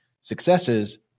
Successes